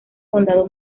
condado